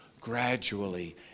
gradually